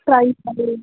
ప్రై స